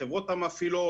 לחברות המפעילות.